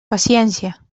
paciència